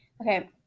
Okay